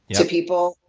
to people,